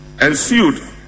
ensued